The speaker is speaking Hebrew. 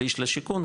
שליש לשיכון,